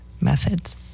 methods